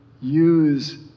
use